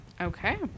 Okay